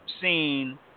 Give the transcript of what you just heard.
seen